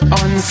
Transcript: on